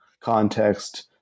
context